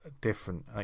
different